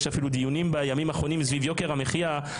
ויש אפילו דיונים בימים האחרונים סביב יוקר המחיה.